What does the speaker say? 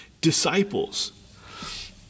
disciples